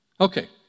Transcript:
Okay